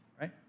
right